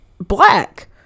black